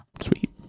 Sweet